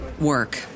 work